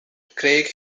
craig